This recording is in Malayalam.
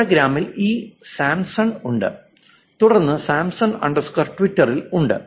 ഇൻസ്റ്റാഗ്രാമിൽ ഈ സാംപ്സൺ ഉണ്ട് തുടർന്ന് സാംസൺ അണ്ടർസ്കോർ ട്വിറ്ററിൽ ഉണ്ട്